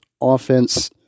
offense